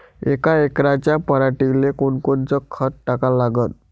यका एकराच्या पराटीले कोनकोनचं खत टाका लागन?